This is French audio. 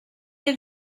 est